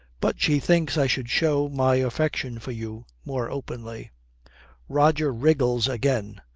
but she thinks i should show my affection for you more openly roger wriggles again.